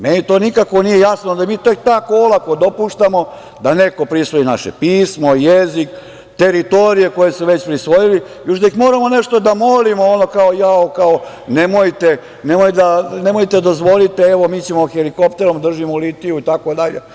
Meni to nikako nije jasno, da mi tek tako olako dopuštamo da neko prisvoji naše pismo, jezik, teritorije, koje su već prisvojili, još da ih moramo nešto da molimo, ono kao, nemojte, nemojte da dozvolite, evo, mi ćemo helikopterom da držimo litiju, itd.